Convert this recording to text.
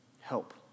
Help